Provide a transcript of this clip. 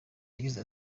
yagize